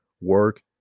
work